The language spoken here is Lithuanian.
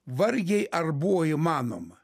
vargiai ar buvo įmanoma